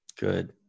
Good